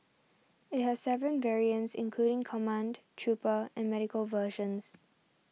it has seven variants including command trooper and medical versions